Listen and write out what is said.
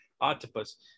octopus